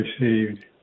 received